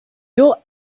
your